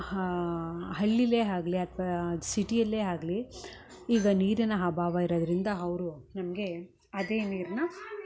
ಹಳ್ಳೀಲೇ ಆಗ್ಲಿ ಅಥ್ವ ಸಿಟಿಯಲ್ಲೆ ಆಗಲಿ ಈಗ ನೀರಿನ ಅಭಾವ ಇರುದರಿಂದ ಅವರು ನಮಗೆ ಅದೇ ನೀರನ್ನ